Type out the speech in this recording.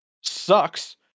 sucks